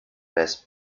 best